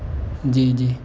جی جی